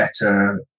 better